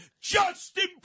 Justin